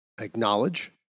Acknowledge